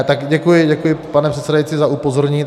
Tak děkuji, děkuji, pane předsedající, za upozornění.